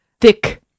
thick